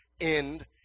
end